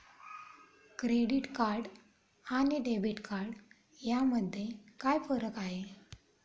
Credit card आणि debit card यामध्ये काय फरक आहे?